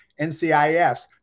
NCIS